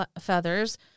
feathers